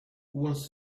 wants